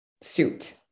suit